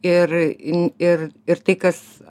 ir ir ir tai kas